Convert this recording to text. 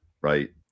Right